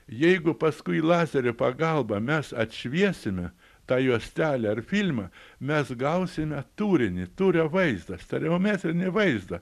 jeigu paskui lazerio pagalba mes atšviesime tą juostelę ar filmą mes gausime tūrinį tūrio vaizdą steriometrinį vaizdą